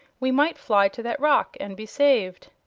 we might fly to that rock and be saved.